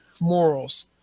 morals